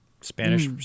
Spanish